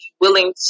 willing